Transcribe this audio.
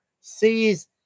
sees